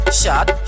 shot